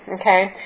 okay